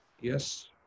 yes